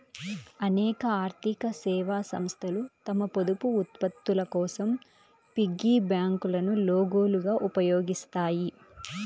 అనేక ఆర్థిక సేవా సంస్థలు తమ పొదుపు ఉత్పత్తుల కోసం పిగ్గీ బ్యాంకులను లోగోలుగా ఉపయోగిస్తాయి